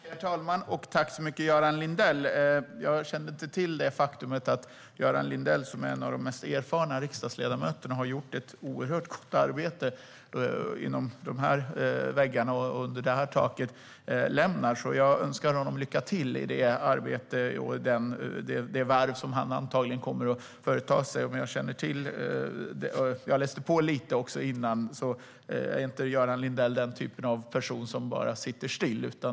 Herr talman! Tack, Göran Lindell! Jag kände inte till det faktum att Göran Lindell, som är en av de mest erfarna riksdagsledamöterna och som har gjort ett oerhört gott arbete innanför dessa väggar och under detta tak, ska lämna oss. Jag önskar honom lycka till i det arbete och värv som han antagligen kommer att företa sig. Jag har läst på lite innan, och Göran Lindell är inte den typen av person som bara sitter still.